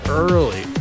early